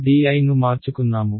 dI ను మార్చుకున్నాము